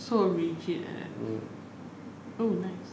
so rigid like that oh nice